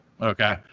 Okay